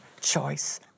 choice